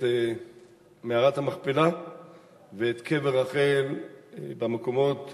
את מערת המכפלה ואת קבר רחל במקומות